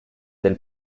del